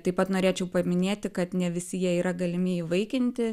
taip pat norėčiau paminėti kad ne visi jie yra galimi įvaikinti